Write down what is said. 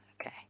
Okay